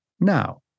Now